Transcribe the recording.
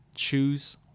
Choose